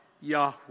Yahweh